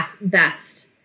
best